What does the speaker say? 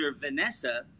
vanessa